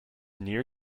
near